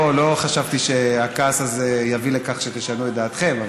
לא חשבתי שהכעס הזה יביא לכך שתשנו את דעתכם,